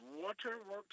Waterworks